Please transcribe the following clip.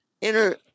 inner